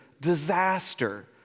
disaster